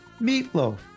Meatloaf